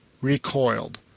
recoiled